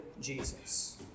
Jesus